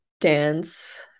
dance